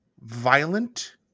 violent